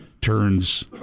turns